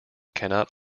cannot